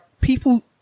people